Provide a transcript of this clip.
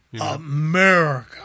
America